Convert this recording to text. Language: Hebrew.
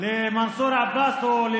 למנסור עבאס או למישהו,